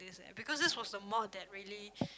this eh because this was the mod that really